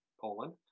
Poland